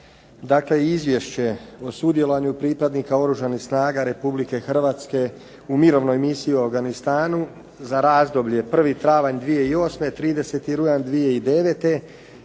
na Izvješće o sudjelovanju pripadnika Oružanih snaga Republike Hrvatske u mirovnoj operaciji u Afganistanu u razdoblju od 1. travnja 2008. do 30. rujna 2009.